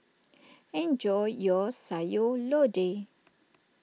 enjoy your Sayur Lodeh